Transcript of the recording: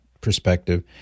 perspective